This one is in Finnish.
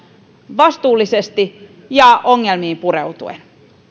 vastuullisesti ja ongelmiin pureutuen